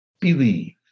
believe